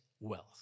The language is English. wealth